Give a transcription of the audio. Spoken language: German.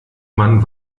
man